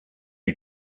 you